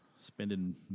spending